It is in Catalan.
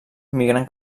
migren